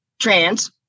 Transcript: trans